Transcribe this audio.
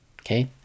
Okay